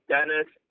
Dennis